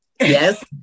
Yes